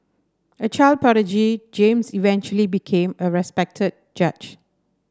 a child prodigy James eventually became a respected judge